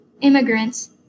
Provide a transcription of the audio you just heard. Immigrants